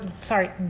sorry